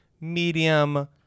medium